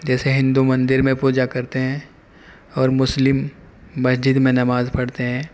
جیسے ہندو مندر میں پوجا کرتے ہیں اور مسلم مسجد میں نماز پڑھتے ہیں